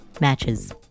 matches